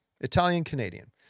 Italian-Canadian